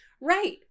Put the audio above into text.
Right